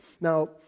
Now